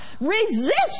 Resist